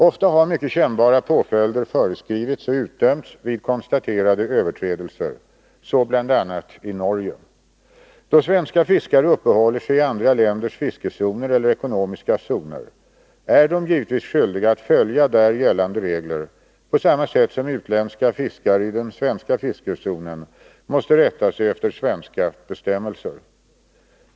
Ofta har mycket kännbara påföljder föreskrivits och utdömts vid konstaterade överträdelser, så bl.a. i Norge. Då svenska fiskare uppehåller sig i andra länders fiskezoner eller ekonomiska zoner, är de givetvis skyldiga att följa där gällande regler på samma sätt som utländska fiskare i den svenska fiskezonen måste rätta sig efter svenska bestämmelser.